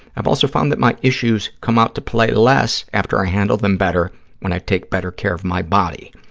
i've also found that my issues come out to play less after i handle them better when i take better care of my body,